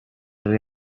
روی